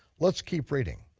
let's keep reading.